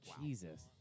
Jesus